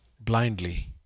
blindly